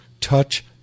touch